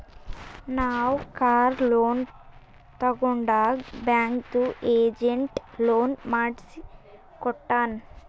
ನಾವ್ car loan ತಗೊಂಡಾಗ್ ಬ್ಯಾಂಕ್ದು ಏಜೆಂಟ್ ಲೋನ್ ಮಾಡ್ಸಿ ಕೊಟ್ಟಾನ್